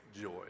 joy